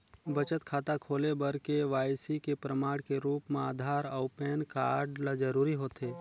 बचत खाता खोले बर के.वाइ.सी के प्रमाण के रूप म आधार अऊ पैन कार्ड ल जरूरी होथे